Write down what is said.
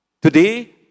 Today